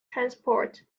transport